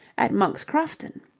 at monk's crofton.